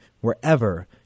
wherever